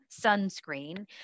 sunscreen